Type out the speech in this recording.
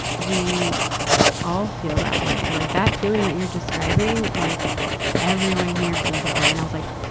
we all feel that way. like that feeling that you're describing, like everyone here feels that way. and i was like,